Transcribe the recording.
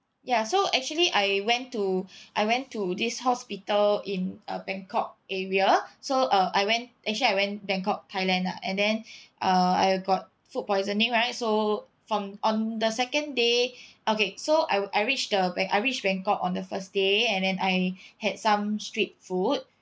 ya so actually I went to I went to this hospital in uh bangkok area so uh I went actually I went bangkok thailand lah and then uh I got food poisoning right so from on the second day okay so I re~ I reached the ban~ I reached bangkok on the first day and then I had some street food